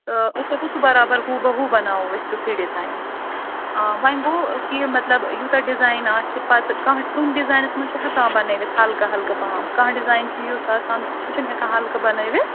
آ أسۍ ہیٚکو سُہ برابر ہُو بہ ہُو بَناوو أسۍ تِتھُے ڈِزایِن وۅنۍ گوٚو کہِ مطلب یوٗتاہ ڈِزایِن آسہِ پَتہٕ کانٛہہ کُنہِ ڈِزاینَس منٛز چھِ ہٮ۪کان بَنٲوِتھ ہلکہٕ ہلکہٕ پَہَم کانٛہہ ڈِزایِن چھُ یُتھ آسان سُہ چھُنہٕ ہٮ۪کان ہلکہٕ بَنٲوِتھ